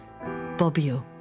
Bobbio